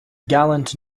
gallant